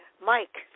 Mike